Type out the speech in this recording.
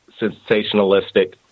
sensationalistic